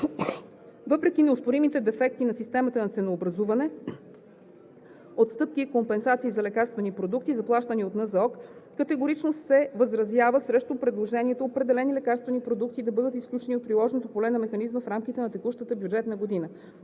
Въпреки неоспоримите дефекти на системата на ценообразуване, отстъпки и компенсации за лекарствени продукти, заплащани от Националната здравноосигурителна каса, категорично се възразява срещу предложението определени лекарствени продукти да бъдат изключени от приложното поле на механизма в рамките на текущата бюджетна година.